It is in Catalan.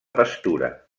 pastura